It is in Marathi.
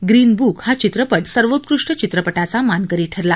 ग्रीन बूक हा चित्रपट सर्वोत्कृष्ट चित्रपटाचा मानकरी ठरला